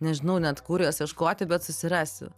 nežinau net kur jos ieškoti bet susirasiu